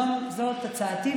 זאת הצעתי,